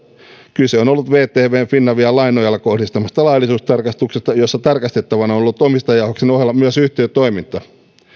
kyse on ollut vtvn finaviaan lain nojalla kohdistamasta laillisuustarkastuksesta jossa tarkastettavana on ollut omistajaohjauksen ohella myös yhtiön toiminta